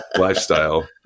lifestyle